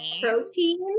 protein